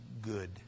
good